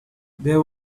there